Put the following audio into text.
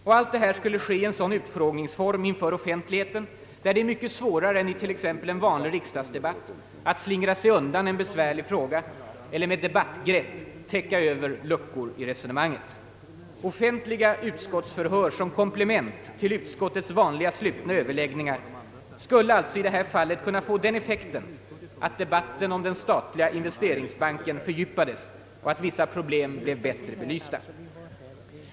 Och allt detta skulle ske i en sådan utfrågningsform inför offentligheten där det är mycket svårare än i t.ex. en vanlig riksdagsdebatt att slingra sig undan en besvärlig fråga eller med debattgrepp täcka över luckor i resonemanget. Offentliga utskottsförhör som komplement till utskottets vanliga slutna överläggningar skulle alltså i det här fallet kunna få den effekten att debatten om den statliga investeringsbanken fördjupades och att vissa problem blev mycket bättre belysta.